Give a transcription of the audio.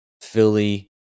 Philly